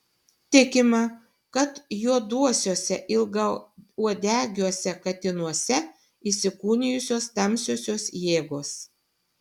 tikima kad juoduosiuose ilgauodegiuose katinuose įsikūnijusios tamsiosios jėgos